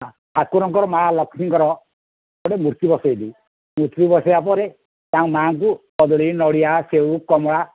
ଠାକୁରଙ୍କର ମାଆ ଲକ୍ଷ୍ମୀଙ୍କର ଗୋଟିଏ ମୂର୍ତ୍ତି ବସାଇଲୁ ମୂର୍ତ୍ତି ବସେଇବା ପରେ ମାଆଙ୍କୁ କଦଳୀ ନଡ଼ିଆ ସେଓ କମଳା